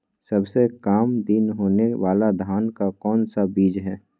सबसे काम दिन होने वाला धान का कौन सा बीज हैँ?